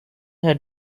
had